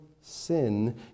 sin